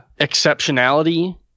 exceptionality